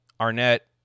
Arnett